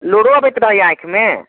लोड़ो अबैत रहैया आँखिमे